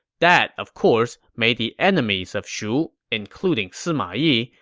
that, of course, made the enemies of shu, including sima yi,